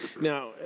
now